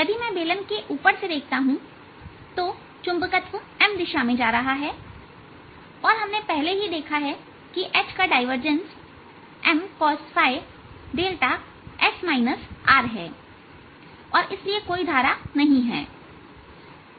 यदि मैं बेलन के ऊपर से देखता हूं तो चुंबकत्व M दिशा में जा रहा है और हमने पहले ही देखा है कि H का डाइवर्जंस Mcosϕδहै और इसलिए कोई धारा नहीं है करल H जीरो है